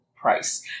price